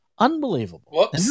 Unbelievable